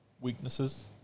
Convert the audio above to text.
weaknesses